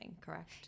correct